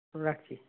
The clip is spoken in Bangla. রাখছি